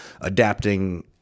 adapting